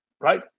right